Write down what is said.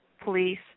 police